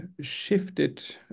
shifted